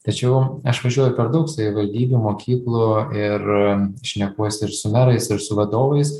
tačiau aš važiuoju per daug savivaldybių mokyklų ir šnekuosi ir su merais ir su vadovais